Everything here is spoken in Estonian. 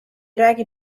räägi